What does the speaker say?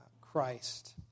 Christ